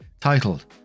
titled